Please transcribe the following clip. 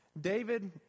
David